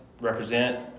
represent